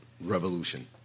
revolution